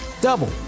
double